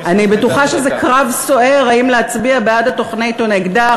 אני בטוחה שזה קרב סוער האם להצביע בעד התוכנית או נגדה,